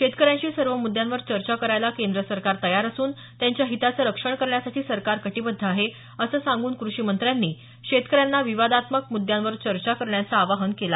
शेतकऱ्यांशी सर्व मुद्द्यांवर चर्चा करायला केंद्र सरकार तयार असून त्यांच्या हिताचं रक्षण करण्यासाठी सरकार कटिबद्ध आहे असं सांगून कृषी मंत्र्यांनी विवादात्मक मुद्यांवर चर्चा करण्याचं आवाहन केलं